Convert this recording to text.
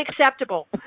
unacceptable